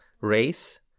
race